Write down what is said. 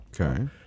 Okay